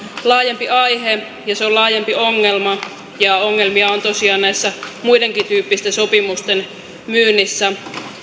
laajempi aihe ja se on laajempi ongelma ja ongelmia on tosiaan tässä muidenkin tyyppisten sopimusten myynnissä